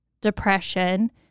depression